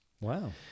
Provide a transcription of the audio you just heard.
Wow